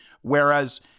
Whereas